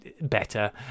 better